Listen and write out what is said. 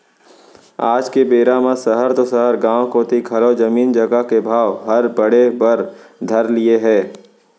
आज के बेरा म सहर तो सहर गॉंव कोती घलौ जमीन जघा के भाव हर बढ़े बर धर लिये हे